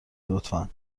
لطفا